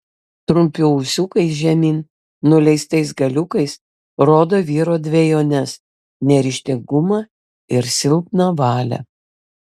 trumpi ūsiukai žemyn nuleistais galiukais rodo vyro dvejones neryžtingumą ir silpną valią